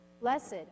Blessed